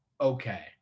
okay